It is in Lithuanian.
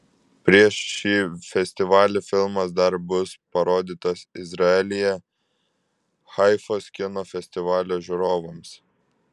prieš šį festivalį filmas dar bus parodytas izraelyje haifos kino festivalio žiūrovams